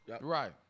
Right